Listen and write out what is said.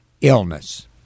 illness